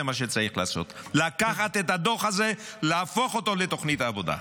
מה שצריך לעשות: לקחת את הדוח הזה ולהפוך אותו לתוכנית העבודה.